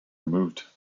removed